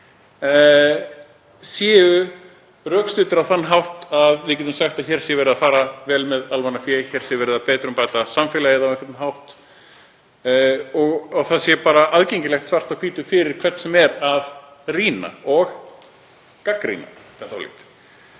séu rökstuddir á þann hátt að við getum sagt að hér sé verið að fara vel með almannafé, hér sé verið að betrumbæta samfélagið á einhvern hátt og það sé aðgengilegt svart á hvítu svo hver sem er geti rýnt og gagnrýnt.